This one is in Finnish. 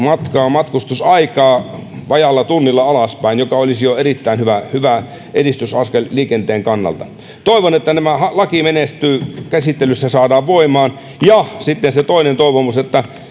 matkustusaikaa vajaalla tunnilla alaspäin mikä olisi jo erittäin hyvä edistysaskel liikenteen kannalta toivon että tämä laki menestyy käsittelyssä saadaan voimaan ja toinen toivomus on että